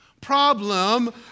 problem